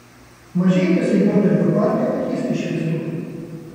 mažeikiuose juodpelkio parke pakeisti šviestuvai